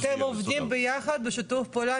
אתם עובדים ביחד בשיתוף פעולה,